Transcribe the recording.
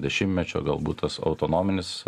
dešimtmečio galbūt tas autonominis